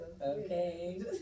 Okay